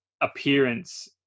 appearance